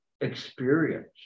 experience